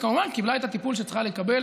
וכמובן היא קיבלה את הטיפול שהיא צריכה לקבל